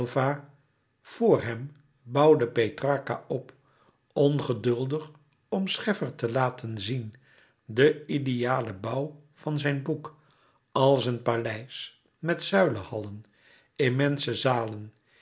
vr hem bouwde petrarca op ongeduldig om scheffer te laten zien den idealen bouw van zijn boek als een paleis met zuilehallen immense zalen